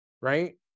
right